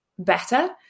better